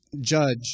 judge